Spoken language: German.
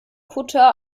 kutter